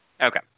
Okay